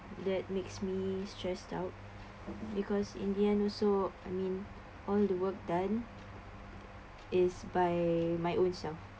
that makes me stressed out because in the end also I mean all the work done is by my own self